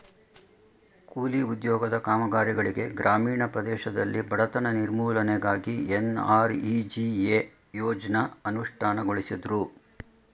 ಕೂಲಿ ಉದ್ಯೋಗದ ಕಾಮಗಾರಿಗಳಿಗೆ ಗ್ರಾಮೀಣ ಪ್ರದೇಶದಲ್ಲಿ ಬಡತನ ನಿರ್ಮೂಲನೆಗಾಗಿ ಎನ್.ಆರ್.ಇ.ಜಿ.ಎ ಯೋಜ್ನ ಅನುಷ್ಠಾನಗೊಳಿಸುದ್ರು